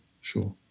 sure